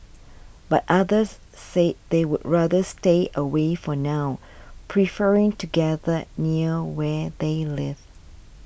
but others said they would rather stay away for now preferring to gather near where they live